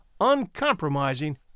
uncompromising